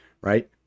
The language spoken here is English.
right